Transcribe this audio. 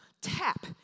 Tap